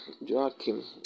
joachim